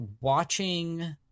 watching